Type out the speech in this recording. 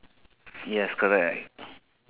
yes correct